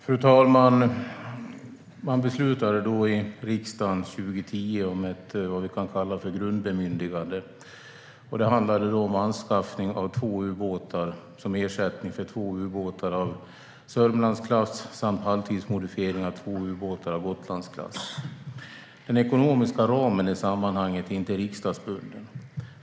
Fru talman! Riksdagen beslutade 2010 om vad som kan kallas för ett grundbemyndigande. Det handlade då om anskaffning av två ubåtar som ersättning för två ubåtar av Sörmlandsklass och halvtidsmodifiering av två ubåtar i Gotlandsklass. Den ekonomiska ramen är inte riksdagsbunden.